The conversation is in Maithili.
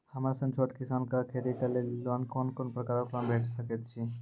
हमर सन छोट किसान कअ खेती करै लेली लेल कून कून प्रकारक लोन भेट सकैत अछि?